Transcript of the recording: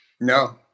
No